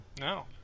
No